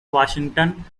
washington